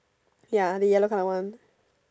ya the yellow colour one